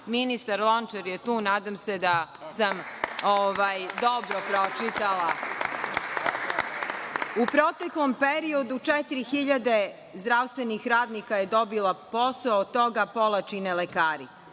Ministar Lončar je tu i nadam se da sam dobro pročitala. U proteklom periodu 4.000 zdravstvenih radnika je dobilo posao, od čega pola čine lekari.